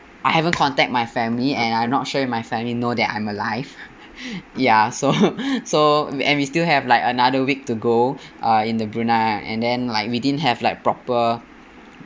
I haven't contact my family and I'm not sure if my family know that I'm alive ya so so we and we still have like another week to go uh in the brunei and then like we didn't have like proper